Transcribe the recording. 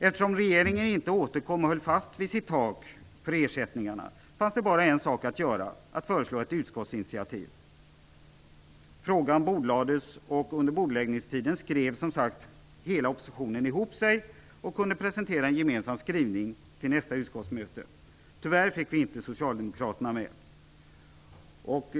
Eftersom regeringen inte återkom och höll fast vid sitt tak för ersättningarna fanns det bara en sak att göra, nämligen att föreslå ett utskottsinitiativ. Frågan bordlades och under bordläggningstiden skrev, som sagt, hela oppositionen ihop sig och kunde presentera en gemensam skrivning till nästa utskottsmöte. Tyvärr fick vi inte socialdemokraterna med oss.